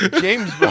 James